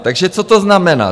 Takže co to znamená?